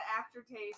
aftertaste